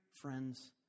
friends